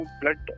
blood